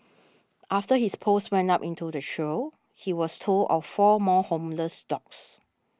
after his post went up into the trio he was told of four more homeless dogs